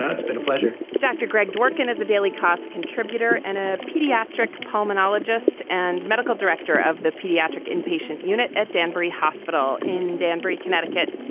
ah it's been a pleasure. dr. greg dworkin is a daily kos contributor and a pediatric pulmonologist and medical director of the pediatric inpatient unit at danbury hospital in danbury, connecticut.